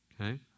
Okay